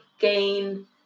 gain